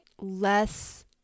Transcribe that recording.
less